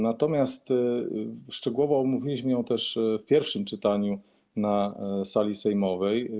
Natomiast szczegółowo omówiliśmy ją też w pierwszym czytaniu na sali sejmowej.